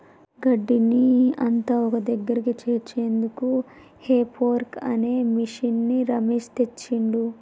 గడ్డిని అంత ఒక్కదగ్గరికి చేర్చేందుకు హే ఫోర్క్ అనే మిషిన్ని రమేష్ తెచ్చిండు